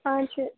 ஆ சரி